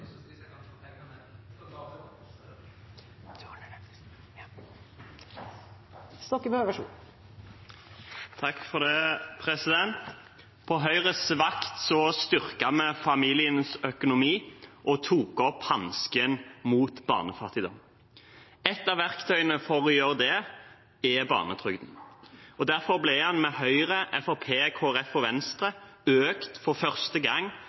På Høyres vakt styrket vi familienes økonomi og tok opp hansken mot barnefattigdom. Et av verktøyene for å gjøre det, er barnetrygden, og derfor ble den med Høyre, Fremskrittspartiet, Kristelig Folkeparti og Venstre økt for første